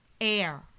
Air